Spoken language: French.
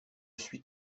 suis